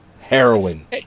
Heroin